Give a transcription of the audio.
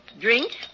Drink